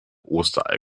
osterei